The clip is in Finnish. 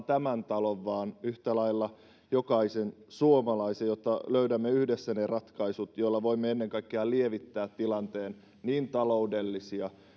tämän talon vaan yhtä lailla jokaisen suomalaisen jotta löydämme yhdessä ne ratkaisut joilla voimme ennen kaikkea lievittää tilanteen niin taloudellisia